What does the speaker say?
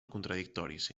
contradictoris